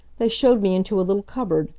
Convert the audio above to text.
they showed me into a little cupboard,